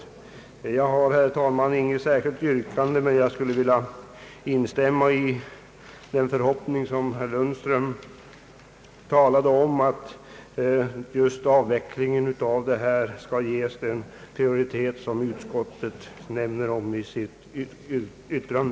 Jag har, herr talman, inget särskilt yrkande, men jag vill instämma i den förhoppning som herr Lundström uttalat, nämligen att avvecklingen av dessa punktskatter skall ges den prioritet som utskottet omnämner i sitt yttrande.